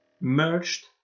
merged